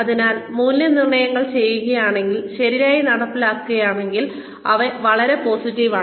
അതിനാൽ മൂല്യനിർണ്ണയങ്ങൾ ചെയ്യുകയാണെങ്കിൽ ശരിയായി നടപ്പിലാക്കുകയാണെങ്കിൽ അവ വളരെ പോസിറ്റീവ് ആണ്